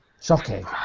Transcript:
Shocking